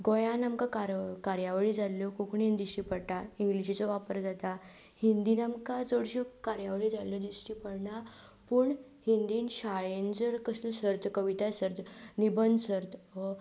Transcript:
गोंयांत आमकां कार कार्यावळी जाल्यो कोंकणींत दिश्टी पडटा इंग्लीशिचो वापर जाता हिंदींत आमकां चडश्यो कार्यावळी जाल्यो दिश्टी पडना पूण हिंदींत शाळेंत जर कसली कविता सर्त निबंद सर्त